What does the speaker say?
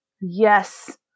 yes